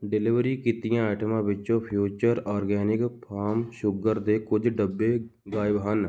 delivery ਕੀਤੀਆਂ ਆਈਟਮਾਂ ਵਿੱਚੋਂ ਫਿਊਚਰ ਔਰਗੈਨਿਗ ਪਾਮ ਸ਼ੂਗਰ ਦੇ ਕੁਝ ਡੱਬੇ ਗਾਇਬ ਹਨ